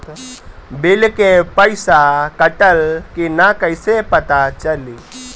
Bill के पइसा कटल कि न कइसे पता चलि?